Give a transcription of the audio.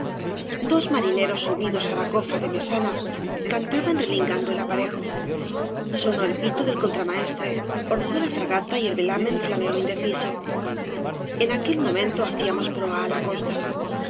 dos marineros subidos á la cofa de mesana cans obras de valle inclan jg taban relingando el aparejo sonó el pito del contramaestre orzó la fragata y el velamen flameó indeciso en aquel momento hacíamos proa á la costa